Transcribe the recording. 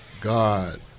God